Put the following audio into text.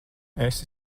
esi